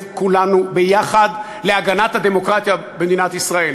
כולנו ביחד להגנת הדמוקרטיה במדינת ישראל.